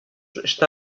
está